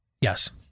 Yes